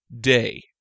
day